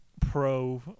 pro